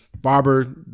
Barber